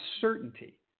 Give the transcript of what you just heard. certainty